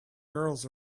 girls